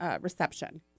reception